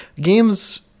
Games